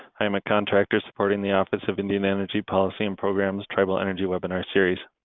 i'm a contractor supporting the office of indian energy policy and programs' tribal energy webinar series.